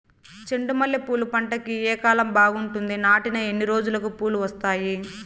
చెండు మల్లె పూలు పంట కి ఏ కాలం బాగుంటుంది నాటిన ఎన్ని రోజులకు పూలు వస్తాయి